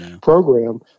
program